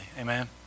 Amen